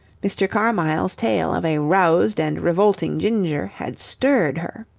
mr. carmyle's tale of a roused and revolting ginger had stirred her.